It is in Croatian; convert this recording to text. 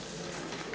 Hvala.